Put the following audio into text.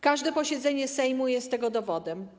Każde posiedzenie Sejmu jest na to dowodem.